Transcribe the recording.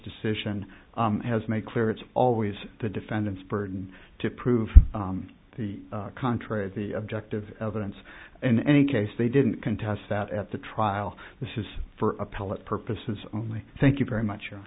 decision has made clear it's always the defendant's burden to prove the contrary the objective evidence in any case they didn't contest that at the trial this is for appellate purposes only thank you very much